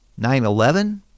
9-11